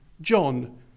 John